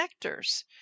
connectors